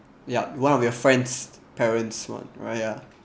ya one of your friends' parents what right ya